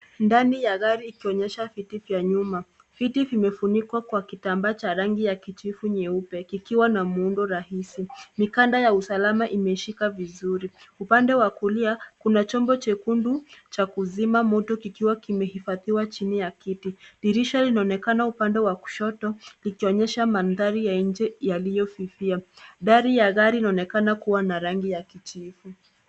Ndani ya gari ikionyesha viti vya nyuma viti vimefunikwa kwa kitambaa cha rangi ya kijivu nyeupe kikiwa na muundo rahisi ,mikanda ya usalama imeshika vizuri upande wa kulia kuna chombo chekundu cha kuzima moto kikiwa kimehifadhiwa chini ya kiti, dirisha linaonekana upande wa kushoto ikionyesha mandhari ya nje yaliyofifia, dari ya gari inaonekana kuwa na rangi ya kijivu.